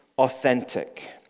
authentic